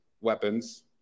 weapons